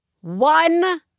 One